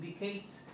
indicates